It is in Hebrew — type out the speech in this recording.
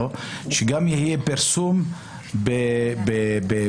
שגם יהיה פרסום בעיתונים,